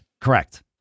Correct